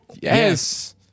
Yes